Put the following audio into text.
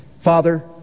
Father